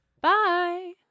Bye